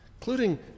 including